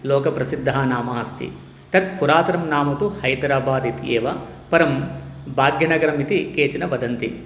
लोकप्रसिद्धः नाम अस्ति तत् पुरातनं नाम तु हैद्राबादः इति एव परं भाग्यनगरम् इति केचन वदन्ति